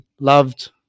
loved